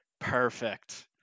perfect